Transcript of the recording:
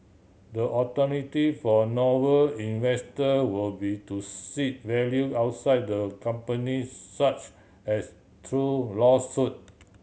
the alternative for Noble investor will be to seek value outside the company such as through lawsuit